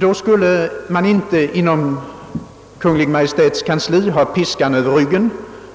Då skulle inte Kungl. Maj:ts kansli ha piskan över ryggen.